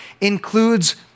includes